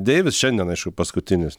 deivis šiandien aišku paskutinis